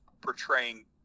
portraying